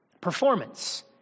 performance